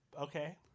okay